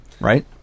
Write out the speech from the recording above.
Right